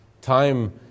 Time